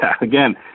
again